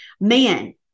man